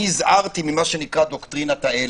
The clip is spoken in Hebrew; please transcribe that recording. הזהרתי מדוקטרינת ההלם.